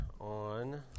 on